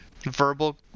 Verbal